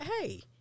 Hey